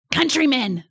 Countrymen